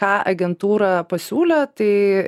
ką agentūra pasiūlė tai